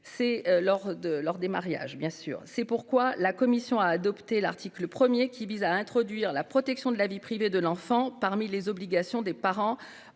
lors des mariages. C'est pourquoi la commission a adopté l'article 1 qui vise à introduire la protection de la vie privée de l'enfant parmi les obligations des parents